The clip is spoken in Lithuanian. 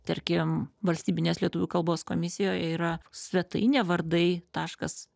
tarkim valstybinės lietuvių kalbos komisijoj yra svetainė vardai taškas